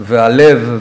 הלב,